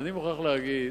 אני מוכרח להגיד